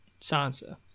sansa